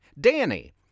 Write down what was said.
Danny